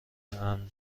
امن